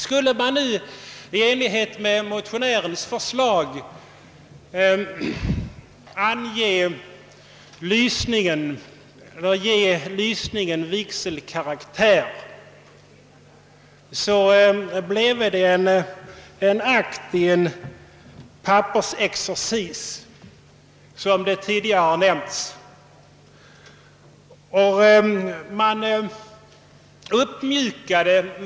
Skulle nu i enlighet med motionärens förslag lysningen få vigselkaraktär bleve den, som tidigare nämnts, en akt i en pappersexercis.